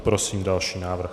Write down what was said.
Prosím další návrh.